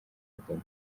kagame